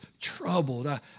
troubled